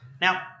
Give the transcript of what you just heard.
Now